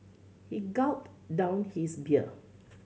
he gulped down his beer